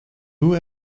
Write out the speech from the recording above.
who